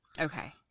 Okay